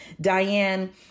Diane